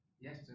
yes